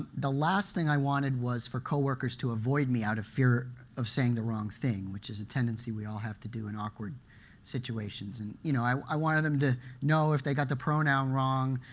the last thing i wanted was for coworkers to avoid me out of fear of saying the wrong thing, which is a tendency we all have to do in awkward situations. and you know i wanted them to know, if they got the pronoun wrong,